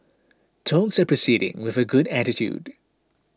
talks are proceeding with a good attitude